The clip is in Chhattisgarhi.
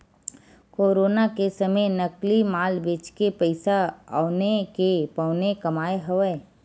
कोरोना के समे नकली माल बेचके पइसा औने के पौने कमाए हवय